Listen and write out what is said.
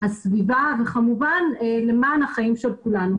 הסביבה וכמובן למען החיים של כולנו.